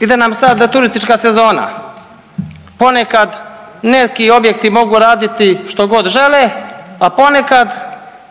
Ide nam sada turistička sezona, ponekad neki objekti mogu raditi što god žele, a ponekad